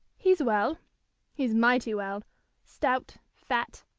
he's well he's mighty well stout, fat,